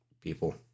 people